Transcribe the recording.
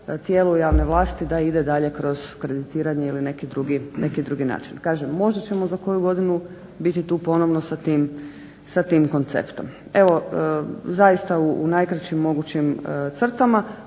tijelu javne vlasti da ide dalje kroz kreditiranje ili neki drugi način. Kažem, možda ćemo za koju godinu biti tu ponovno sa tim konceptom. Evo, zaista u najkraćim mogućim crtama